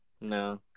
No